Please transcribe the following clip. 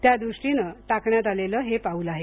त्या दृष्टीने टाकण्यात आलेलं हे पाउल आहे